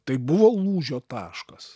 tai buvo lūžio taškas